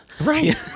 right